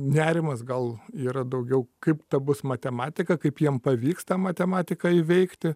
nerimas gal yra daugiau kaip bebus matematika kaip jiem pavyks tą matematiką įveikti